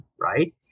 right